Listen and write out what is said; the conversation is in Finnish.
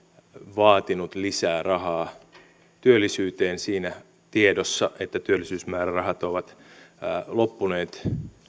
vaatineet lisää rahaa työllisyyteen siinä tiedossa että työllisyysmäärärahat ovat loppuneet